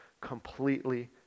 completely